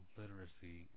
literacy